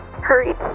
Hurry